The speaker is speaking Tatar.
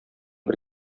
бер